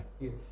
Yes